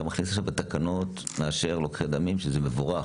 אתה מאשר לוקחי דמים בתקנות שזה מבורך,